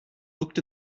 looked